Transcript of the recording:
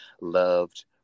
loved